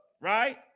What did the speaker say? right